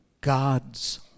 God's